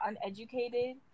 uneducated